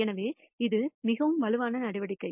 எனவே இது மிகவும் வலுவான நடவடிக்கை